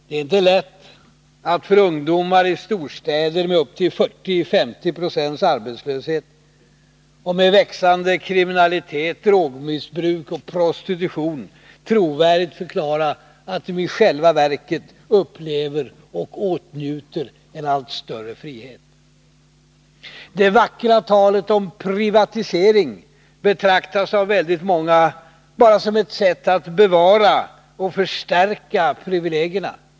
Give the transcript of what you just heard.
Det är inte lätt att för ungdomar i storstäder med upp till 40-50 96 arbetslöshet och med växande kriminalitet, drogmissbruk och prostitution trovärdigt förklara att de i själva verket upplever och åtnjuter större frihet. Det vackra talet om privatisering betraktas av väldigt många som ett sätt att bevara och förstärka privilegierna.